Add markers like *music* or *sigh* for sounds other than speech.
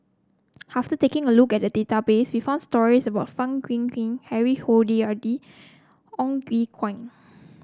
after taking a look at the database we found stories about Fang Guixiang Harry Ord *unintelligible* Ong Ye Kung